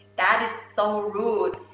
that's so rude.